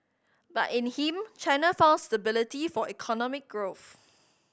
but in him China found stability for economic growth